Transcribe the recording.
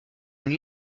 une